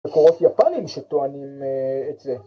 ‫מקורות יפנים שטוענים את זה.